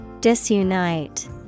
Disunite